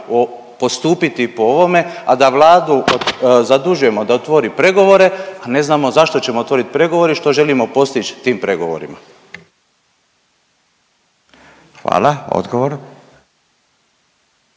postupiti po ovome, a da Vladu zadužujemo da otvori pregovore, a ne znamo zašto ćemo otvorit pregovore i što želimo postić s tim pregovorima? **Radin,